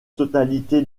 totalité